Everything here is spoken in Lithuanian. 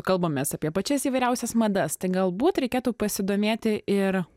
kalbamės apie pačias įvairiausias madas tai galbūt reikėtų pasidomėti ir